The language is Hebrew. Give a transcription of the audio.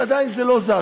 אבל עדיין זה לא זז.